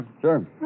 Sure